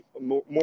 more